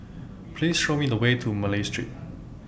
Please Show Me The Way to Malay Street